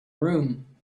room